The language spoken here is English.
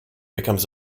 becomes